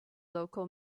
local